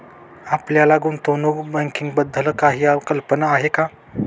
आपल्याला गुंतवणूक बँकिंगबद्दल काही कल्पना आहे का?